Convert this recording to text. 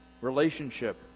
relationship